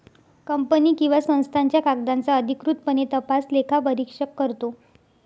company किंवा संस्थांच्या कागदांचा अधिकृतपणे तपास लेखापरीक्षक करतो